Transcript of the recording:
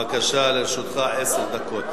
בבקשה, לרשותך עשר דקות.